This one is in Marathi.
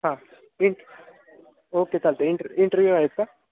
हां इंट ओके चालत आहे इंटर इंटरव्यू आहेत का